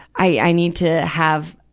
i, i need to have,